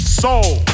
soul